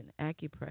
acupressure